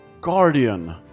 guardian